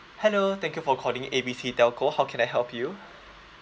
hello thank you for calling A B C telco how can I help you